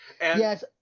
Yes